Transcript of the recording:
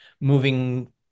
moving